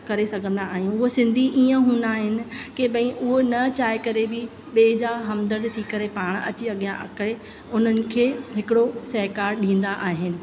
करे सघंदा आहियूं हूअ सिन्धी ईअं हून्दा आहिनि कि भई उहे न चाहे करे बि ॿिए जा हमदर्द थी करे पाण अची अॻियां थी करे हुननि खे हिकिड़ो सहकारु ॾींदा आहिनि